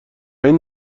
این